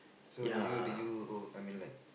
so did you did you oh I mean like